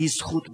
היא זכות חיים.